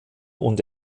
und